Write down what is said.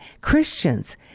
Christians